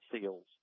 SEALs